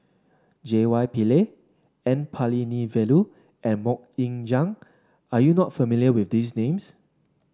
J Y Pillay N Palanivelu and MoK Ying Jang are you not familiar with these names